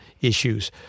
issues